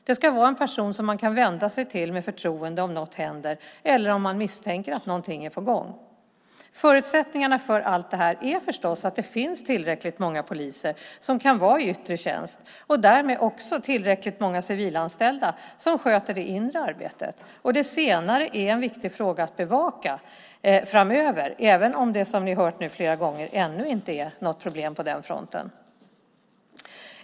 Det ska vara en person som man kan vända sig till med förtroende om något händer eller om man misstänker att någonting är på gång. Förutsättningarna för allt det här är förstås att det finns tillräckligt många poliser som kan vara i yttre tjänst och därmed också tillräckligt många civilanställda som sköter det inre arbetet. Det senare är en viktig fråga att bevaka framöver även om det, som vi har hört nu flera gånger, ännu inte är något problem på den fronten.